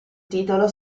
titolo